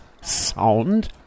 sound